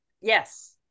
yes